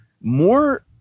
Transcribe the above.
more